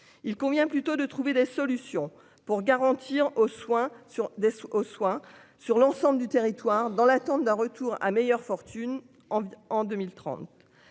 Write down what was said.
il convient plutôt de trouver des solutions pour garantir aux soins sur des sous aux soins sur l'ensemble du territoire, dans l'attente d'un retour à meilleure fortune en en 2030.